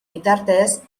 bitartez